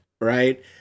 right